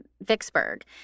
Vicksburg